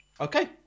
Okay